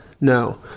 no